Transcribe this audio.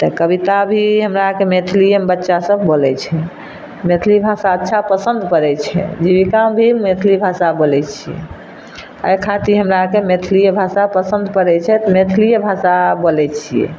तऽ कविता भी हमरा आरके मैथिलिएमे बच्चा सब बोलैत छै मैथिली भाषा अच्छा पसन्द पड़ैत छै जीविकामे भी मैथिली भाषा बोलैत छियै एहि खातिर हमरा आरके मैथिलिए भाषा पसन्द पड़ैत छै तऽ मैथिलिए भाषा बोलैत छियै